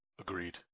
Agreed